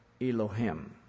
Elohim